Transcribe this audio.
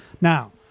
Now